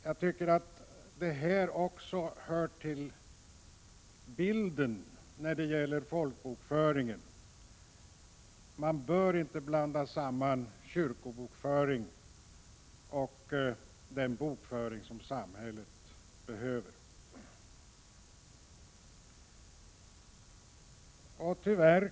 Jag tycker att detta också hör till bilden när det gäller folkbokföringen. Man bör inte blanda samman kyrkobokföring och den bokföring som samhället behöver.